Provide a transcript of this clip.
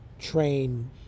train